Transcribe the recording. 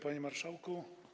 Panie Marszałku!